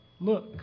look